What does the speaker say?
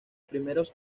primeros